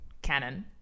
canon